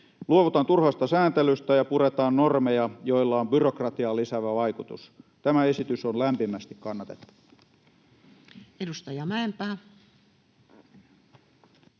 luovutaan turhasta sääntelystä ja puretaan normeja, joilla on byrokratiaa lisäävä vaikutus. Tämä esitys on lämpimästi kannatettava.